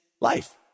life